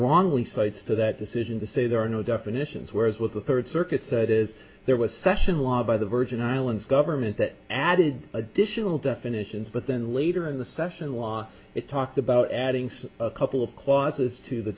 cites to that decision to say there are no definitions whereas what the third circuit said is there was session law by the virgin islands government that added additional definitions but then later in the session law it talked about adding some a couple of clauses to the